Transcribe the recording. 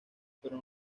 pero